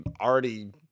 already